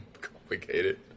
complicated